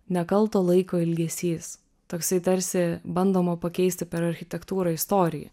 nekalto laiko ilgesys toksai tarsi bandoma pakeisti per architektūrą istoriją